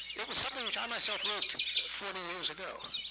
it was something which i myself wrote forty years ago.